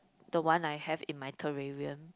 the one I have in my terrarium